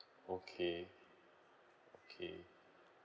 okay okay